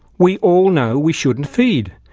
we all know we shouldn't feed.